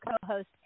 co-host